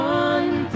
one